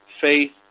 faith